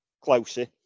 closer